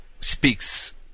speaks